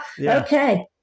Okay